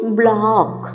block